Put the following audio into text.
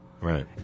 Right